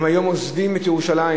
והיום הם עוזבים את ירושלים.